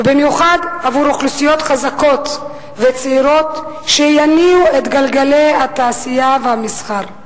ובמיוחד עבור אוכלוסיות חזקות וצעירות שיניעו את גלגלי התעשייה והמסחר.